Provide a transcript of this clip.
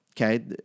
okay